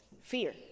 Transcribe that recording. Fear